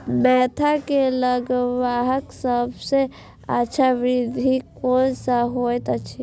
Mentha के लगवाक सबसँ अच्छा विधि कोन होयत अछि?